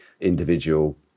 individual